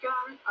God